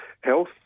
health